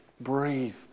breathe